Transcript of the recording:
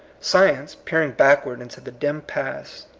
science, peering backward into the dim past,